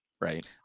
right